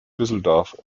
düsseldorf